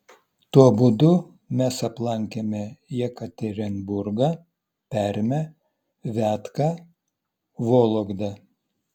tuo būdu mes aplankėme jekaterinburgą permę viatką vologdą